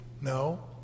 No